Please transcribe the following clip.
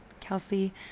Kelsey